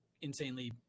insanely